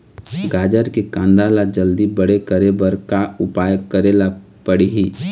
गाजर के कांदा ला जल्दी बड़े करे बर का उपाय करेला पढ़िही?